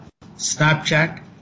Snapchat